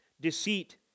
Deceit